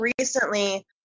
recently